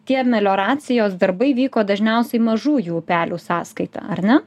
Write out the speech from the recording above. tie melioracijos darbai vyko dažniausiai mažųjų upelių sąskaita ar ne